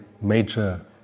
major